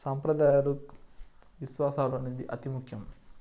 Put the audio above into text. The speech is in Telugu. సాంప్రదాయాలు విశ్వాసాలు అనేవి అతి ముఖ్యం